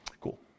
Cool